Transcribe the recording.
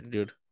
Dude